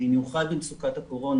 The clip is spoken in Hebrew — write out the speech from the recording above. במיוחד בתקופת הקורונה,